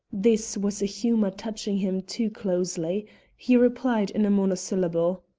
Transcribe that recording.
this was a humour touching him too closely he replied in a monosyllable.